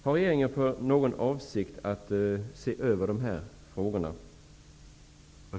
Har regeringen någon avsikt att se över dessa frågor?